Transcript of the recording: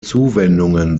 zuwendungen